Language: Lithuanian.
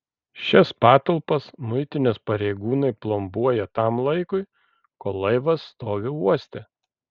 šias patalpas muitinės pareigūnai plombuoja tam laikui kol laivas stovi uoste